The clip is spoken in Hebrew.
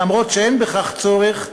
למרות שאין בכך צורך,